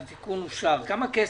הצבעה בעד,